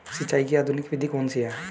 सिंचाई की आधुनिक विधि कौन सी है?